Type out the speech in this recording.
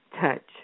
touch